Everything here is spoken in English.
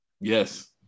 Yes